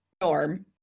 norm